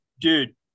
dude